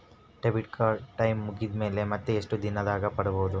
Debit card time ಮುಗಿದ ಮೇಲೆ ಮತ್ತೆ ಎಷ್ಟು ದಿನದಾಗ ಪಡೇಬೋದು?